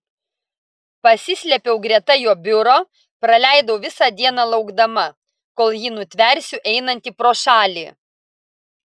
pasislėpiau greta jo biuro praleidau visą dieną laukdama kol jį nutversiu einantį pro šalį